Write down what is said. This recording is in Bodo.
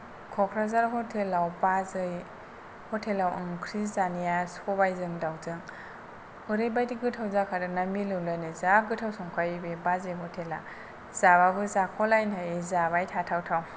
क'क्राझार हटेलाव बाजै हटेलाव ओंख्रि जानाया सबायजों दाउजों ओरैबायदि गोथाव जाखादोंना मिलौदो नो जा गोथाव संखायो बे बाजै हटेला जाबाबो जाख'लायनो हायि जाबाय थाथावथाव